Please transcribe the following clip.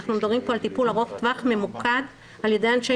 אנחנו מדברים פה על טיפול ארוך טווח ממוקד על ידי אנשי